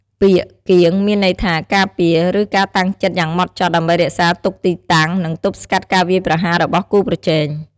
ពាក្យ "គៀង" មានន័យថា ការពារ ឬការតាំងចិត្តយ៉ាងម៉ត់ចត់ ដើម្បីរក្សាទុកទីតាំង និងទប់ស្កាត់ការវាយប្រហាររបស់គូប្រជែង។